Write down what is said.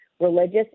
religious